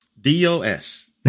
DOS